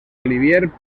olivier